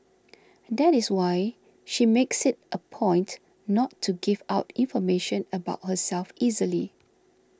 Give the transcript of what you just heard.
that is why she makes it a point not to give out information about herself easily